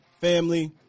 Family